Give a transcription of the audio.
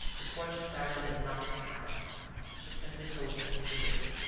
the fortune-teller did not smile she simply told him to wait.